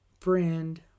Friend